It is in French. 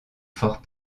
fort